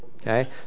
Okay